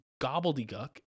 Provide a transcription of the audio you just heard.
gobbledygook